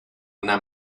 una